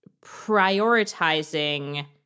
prioritizing